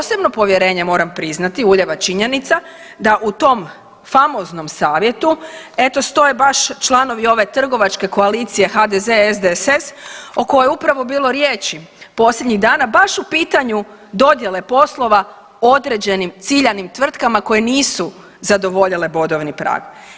Posebno povjerenje moram priznati ulijeva činjenica da u tom famoznom savjetu eto stoje baš članovi ove trgovačke koalicije HDZ-SDSS o kojoj je upravo bilo riječi posljednjih dana baš u pitanju dodjele poslova određenim ciljanim tvrtkama koje nisu zadovoljile bodovni prag.